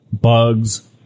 bugs